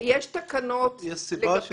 יש סיבה?